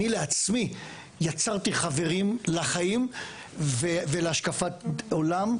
אני לעצמי יצרתי חברים לחיים ולהשקפת עולם,